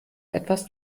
etwas